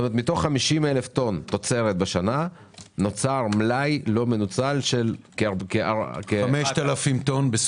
כלומר מתוך 50,000 טון תוצרת בשנה נוצר מלאי לא מנוצל של כ-5,000 טון,